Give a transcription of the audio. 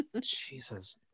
jesus